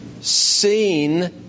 seen